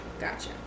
Gotcha